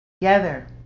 together